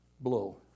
Blow